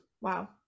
wow